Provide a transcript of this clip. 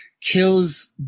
kills